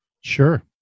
Sure